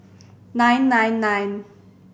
nine nine nine